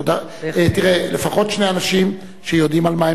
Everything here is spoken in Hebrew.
לפחות שני אנשים שיודעים על מה הם מדברים.